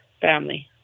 family